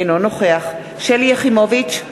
אינו נוכח שלי יחימוביץ,